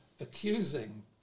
accusing